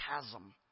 chasm